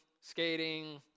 skating